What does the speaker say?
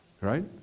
Right